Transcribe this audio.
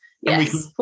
yes